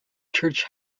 church